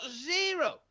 zero